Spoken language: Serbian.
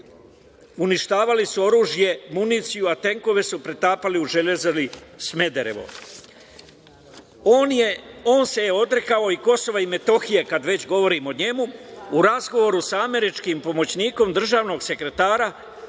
uništavali su oružje, municiju, a tenkove su pretapali u Železari Smederevo. On se odrekao i Kosova i Metohije, kad već govorim o njemu. U razgovoru sa američkim pomoćnikom državnog sekretara